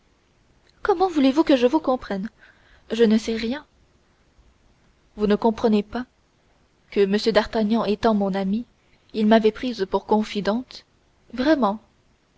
comment voulez-vous que je comprenne je ne sais rien vous ne comprenez pas que m d'artagnan étant mon ami il m'avait prise pour confidente vraiment